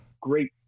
great